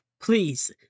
please